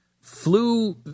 flew